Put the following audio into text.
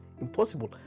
impossible